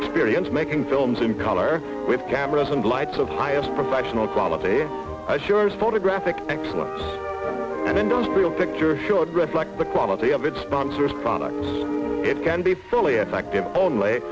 experience making films in color with cameras and lights of fires professional quality assurance photographic excellence and industrial picture should reflect the quality of its sponsors products it can be fully effective only